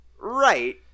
Right